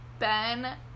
Ben